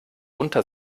unter